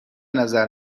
نظر